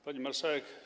Pani Marszałek!